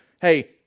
hey